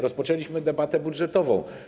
Rozpoczęliśmy debatę budżetową.